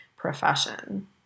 Profession